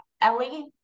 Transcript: Ellie